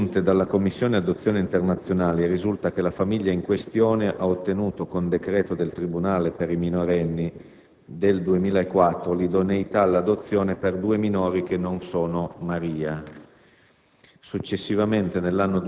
da informazioni assunte dalla Commissione per le adozioni internazionali, risulta che la famiglia in questione ha ottenuto, con decreto del tribunale per i minorenni del 2004, l'idoneità all'adozione per due minori che non sono Maria.